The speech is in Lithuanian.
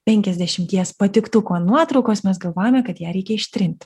penkiasdešimties patiktukų ant nuotraukos mes galvojame kad ją reikia ištrint